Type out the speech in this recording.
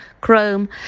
Chrome